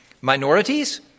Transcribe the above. minorities